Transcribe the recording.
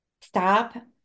stop